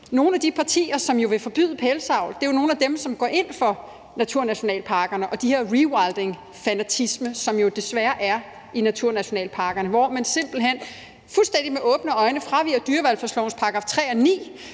nogle af de partier, som vil forbyde pelsdyravl, er nogle af dem, som går ind for naturnationalparkerne og den her rewildingfanatisme, som der jo desværre er i forbindelse med naturnationalparkerne, hvor man simpelt hen med fuldstændig åbne øjne fraviger dyrevelfærdslovens § 3 og §